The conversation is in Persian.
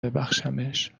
ببخشمش